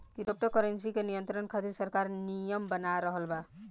crypto currency के नियंत्रण खातिर सरकार नियम बना रहल बा